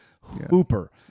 Hooper